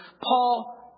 Paul